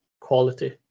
quality